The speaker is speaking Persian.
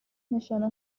نشانه